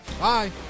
Bye